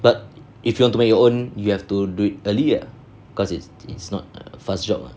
but if you want to make your own you have to do it early lah cause it's it's not fast job mah